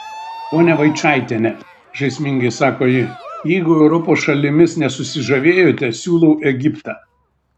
ponia vaičaitiene žaismingai sako ji jeigu europos šalimis nesusižavėjote siūlau egiptą